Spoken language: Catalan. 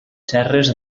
serres